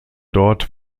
dort